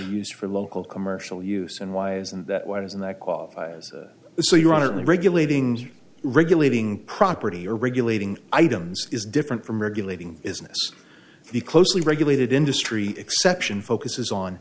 used for local commercial use and why isn't that what is in that quote so you aren't regulating regulating property or regulating items is different from regulating isn't this the closely regulated industry exception focuses on